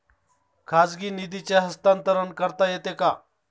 खाजगी निधीचे हस्तांतरण करता येते का?